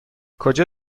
کجا